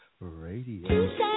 Radio